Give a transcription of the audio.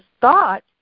thought